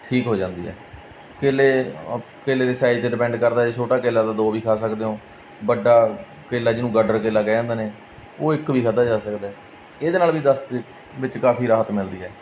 ਠੀਕ ਹੋ ਜਾਂਦੀ ਹੈ ਕੇਲੇ ਕੇਲੇ ਦੇ ਸਾਈਜ਼ 'ਤੇ ਡਿਪੈਂਡ ਕਰਦਾ ਛੋਟਾ ਕੇਲਾ ਤਾਂ ਦੋ ਵੀ ਖਾ ਸਕਦੇ ਹੋ ਵੱਡਾ ਕੇਲਾ ਜਿਹਨੂੰ ਗਾਡਰ ਕਹਿ ਦਿੰਦੇ ਨੇ ਉਹ ਇੱਕ ਵੀ ਖਾਧਾ ਜਾ ਸਕਦਾ ਇਹਦੇ ਨਾਲ ਵੀ ਦਸਤ ਦੇ ਵਿੱਚ ਕਾਫ਼ੀ ਰਾਹਤ ਮਿਲਦੀ ਹੈ